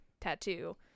tattoo